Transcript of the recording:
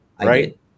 right